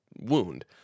wound